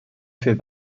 für